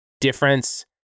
difference